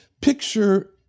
picture